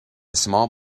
small